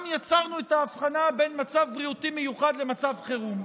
יצרנו את ההבחנה בין מצב בריאותי מיוחד לבין מצב חירום.